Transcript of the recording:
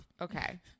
Okay